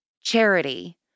charity